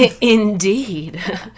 Indeed